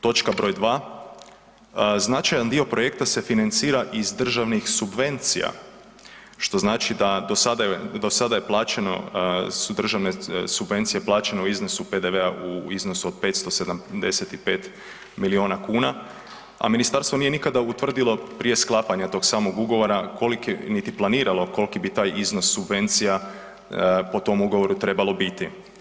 Točka broj 2, značajan dio projekta se financira iz državnih subvencija, što znači da su do sada državne subvencije plaćene u iznosu PDV-a u iznosu od 575 milijuna kuna, a ministarstvo nije nikada utvrdilo prije sklapanja tog samog ugovora, niti planiralo koliki bi taj iznos subvencija po tom ugovoru trebalo biti.